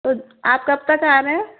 तो आप कब तक आ रहे हैं